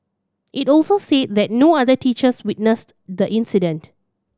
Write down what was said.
it also said that no other teachers witnessed the incident